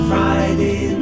Friday